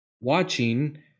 watching